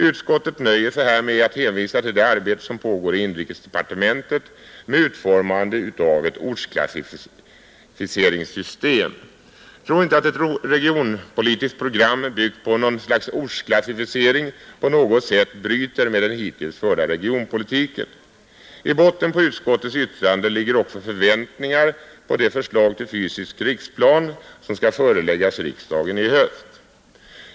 Utskottet nöjer sig med att hänvisa till det arbete som pågår inom inrikesdepartementet med utformande av ett ortsklassificeringssystem. Jag tror inte att ett regionpolitiskt program byggt på ortsklassificering på något sätt bryter med den hittills förda regionpolitiken. I botten på utskottets yttrande ligger också förväntningar på det förslag till fysisk riksplan som skall föreläggas riksdagen i höst.